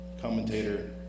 commentator